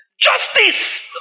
justice